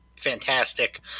fantastic